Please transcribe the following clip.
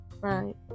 Right